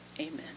amen